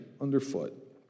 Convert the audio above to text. underfoot